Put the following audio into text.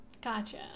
Gotcha